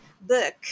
book